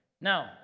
Now